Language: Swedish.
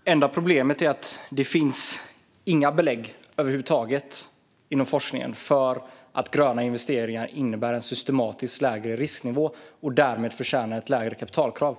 Herr ålderspresident! Det enda problemet är att det inte finns några belägg över huvud taget inom forskningen för att gröna investeringar innebär en systematiskt lägre risknivå och därmed förtjänar ett lägre kapitalkrav.